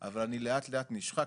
אבל אני לאט לאט נשחק,